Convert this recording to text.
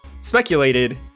speculated